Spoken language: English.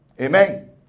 Amen